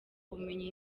ubumenyi